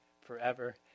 forever